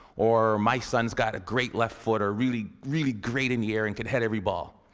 or, my son's got a great left-footer. really really great in the air and can hit every ball.